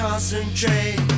Concentrate